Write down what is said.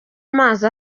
mazi